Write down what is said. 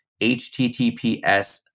https